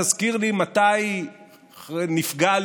תזכיר לי מתי נפגע,